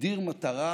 הגדיר מטרה,